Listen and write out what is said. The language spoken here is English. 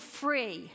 free